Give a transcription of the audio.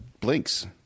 Blink's